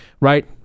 right